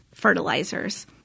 Fertilizers